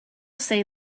said